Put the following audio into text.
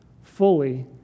fully